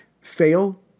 fail